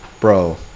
bro